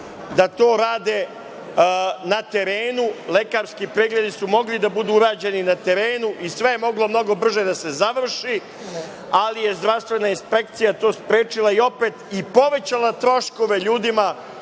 da to rade na terenu. Lekarski pregledi su mogli da budu urađeni na terenu i sve je moglo mnogo brže da se završi, ali je zdravstvena inspekcija to sprečila i povećala troškove ljudima